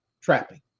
trapping